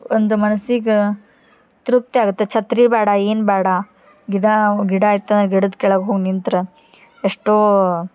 ಒಂದು ಮನಸಿಗೆ ತೃಪ್ತಿ ಆಗತ್ತೆ ಛತ್ರಿ ಬೇಡ ಏನೂ ಬೇಡ ಗಿಡಾ ಗಿಡ ಇತ್ತಂದ್ರೆ ಗಿಡದ ಕೆಳಗೆ ಹೋಗಿ ನಿಂತ್ರೆ ಎಷ್ಟೋ